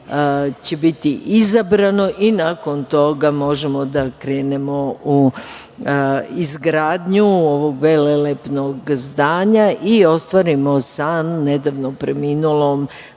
će biti izabrano i nakon toga možemo da krenemo u izgradnju ovog velelepnog zdanja i ostvarimo san nedavno preminulom